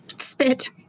Spit